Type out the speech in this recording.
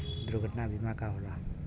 दुर्घटना बीमा का होला?